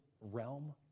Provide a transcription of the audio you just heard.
realm